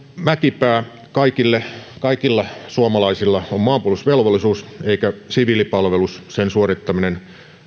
mäkipää kaikilla suomalaisilla on maanpuolustusvelvollisuus eikä siviilipalveluksen suorittaminen